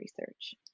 research